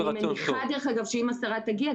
אני מניחה שאם השרה תגיע,